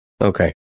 Okay